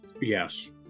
Yes